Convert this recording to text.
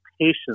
patience